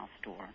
store